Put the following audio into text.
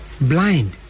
blind